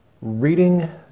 reading